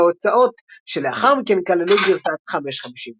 וההוצאות שלאחר מכן כללו גרסת 551.